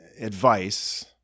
advice